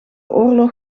oorlog